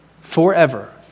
forever